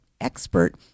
expert